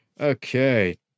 Okay